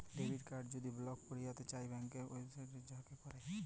debit card যদি block ক্যইরতে চাই ব্যাংকের ওয়েবসাইটে যাঁয়ে ক্যরে